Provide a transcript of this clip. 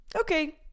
Okay